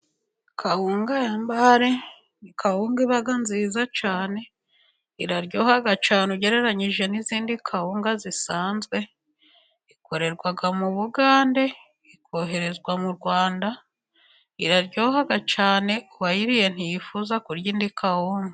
Kawunga yambare, kawunga iba nziza cyane iraryoha cyane, ugereranyije n'izindi kawunga zisanzwe, ikorerwa mu Bugande ikoherezwa mu Rwanda iraryoha cyane, kuwayiriye ntiyifuza kurya indi kawunga.